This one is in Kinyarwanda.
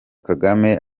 kagame